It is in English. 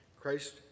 Christ